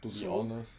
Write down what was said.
to be honest